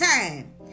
time